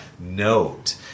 note